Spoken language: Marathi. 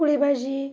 पोळी भाजी